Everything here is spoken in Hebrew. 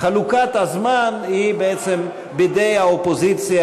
חלוקת הזמן היא בעצם בידי האופוזיציה